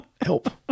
help